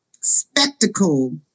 spectacle